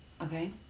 Okay